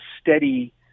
steady